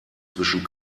zwischen